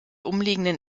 umliegenden